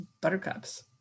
buttercups